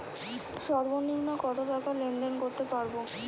সর্বনিম্ন কত টাকা লেনদেন করতে পারবো?